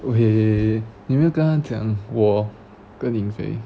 okay 你没有跟她讲我跟 yin fei